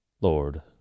Lord